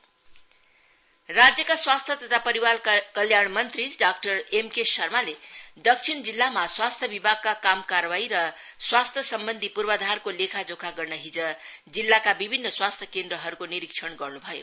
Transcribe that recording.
health minister visit राज्यका स्वास्थ्य तथा परिवार कल्याणल मंत्री डाक्टर एमके शर्माले दक्षिण जिल्लामा स्वास्थ्य विभागका कामकारवाही र स्वास्थ्य सम्बन्धी पूर्वाधारको लेखाजोखा गर्न हिज जिल्लाका विभिन्न स्वास्थ्य केन्द्रहरूको निरीक्षण गर्न् भयो